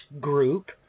group